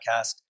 Podcast